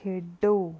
ਖੇਡੋ